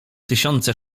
tysiące